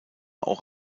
auch